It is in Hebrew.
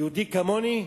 יהודי כמוני,